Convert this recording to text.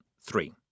three